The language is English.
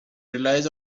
relies